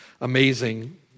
amazing